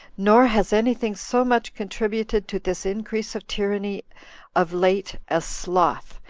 nor has any thing so much contributed to this increase of tyranny of late as sloth,